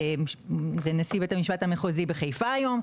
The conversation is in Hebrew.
זה נשיא בית המשפט המחוזי בחיפה היום.